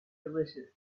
delicious